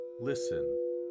listen